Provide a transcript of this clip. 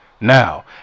Now